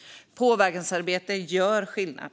Påverkansarbete gör skillnad.